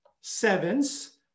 sevens